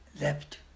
left